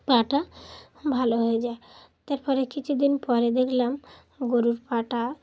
পাটা ভালো হয়ে যায় তারপরে কিছুদিন পরে দেখলাম গরুর পাটা